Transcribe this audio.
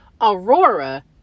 Aurora